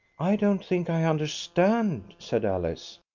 i don't think i understand, said alice.